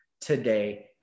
today